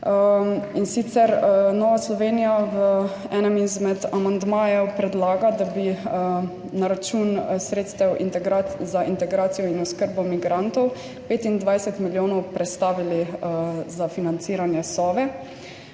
kolegice. Nova Slovenija v enem izmed amandmajev predlaga, da bi na račun sredstev za integracijo in oskrbo migrantov 25 milijonov prestavili za financiranje Sove.